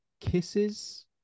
kisses